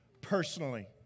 personally